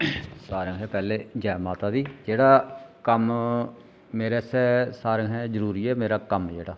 सारें शा पैहले जय माता दी जेह्ड़ा कम्म मेरे आस्तै सारें शा जरूरी ऐ मेरा कम्म जेह्ड़ा